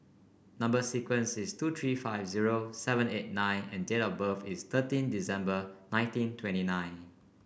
number sequence is two three five zero seven eight nine and date of birth is thirteen December nineteen twenty nine